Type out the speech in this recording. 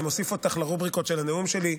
אני מוסיף אותך לרובריקות של הנאום שלי,